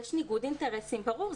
יש ניגוד אינטרסים ברור.